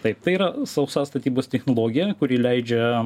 taip tai yra sausa statybos tichnologija kuri leidžia